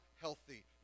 healthy